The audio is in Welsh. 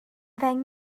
ddeng